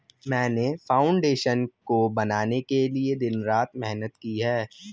मैंने फाउंडेशन को बनाने के लिए दिन रात मेहनत की है